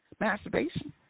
Masturbation